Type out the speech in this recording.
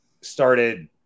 started